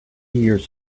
years